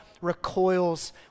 recoils